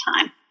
time